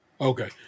Okay